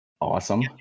Awesome